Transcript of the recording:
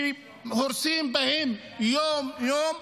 שהורסים בהם יום-יום,